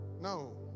No